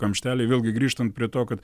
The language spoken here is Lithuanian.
kamšteliai vėlgi grįžtant prie to kad